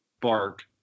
bark